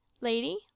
lady